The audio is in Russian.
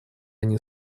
они